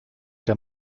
der